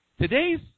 Today's